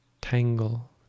tangle